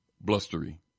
blustery